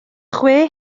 chwe